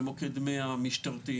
למוקד 100 המשטרתי,